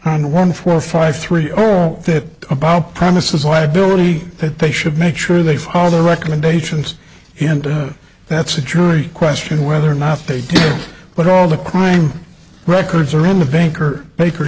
on one four or five three or that about premises liability that they should make sure they follow the recommendations and that's a jury question whether or not they but all the crime records are in the bank or baker